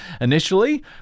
Initially